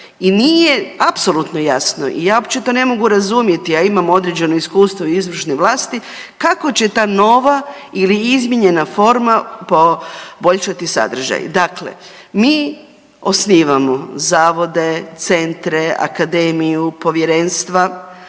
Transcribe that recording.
I nije apsolutno jasno i ja uopće to ne mogu razumjeti, a imam određeno iskustvo i u izvršnoj vlasti kako će ta nova ili izmijenjena forma poboljšati sadržaj. Dakle, mi osnivamo zavode, centre, akademiju, povjerenstva,